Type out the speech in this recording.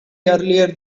earlier